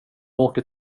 åker